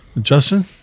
Justin